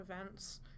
events